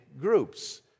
groups